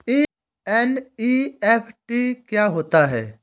NEFT क्या होता है?